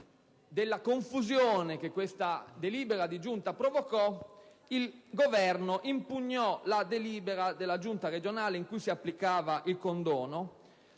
della confusione che questa delibera di Giunta provocò, il Governo impugnò la delibera della Giunta regionale in cui si applicava il condono